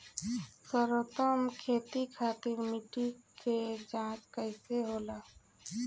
सर्वोत्तम खेती खातिर मिट्टी के जाँच कईसे होला?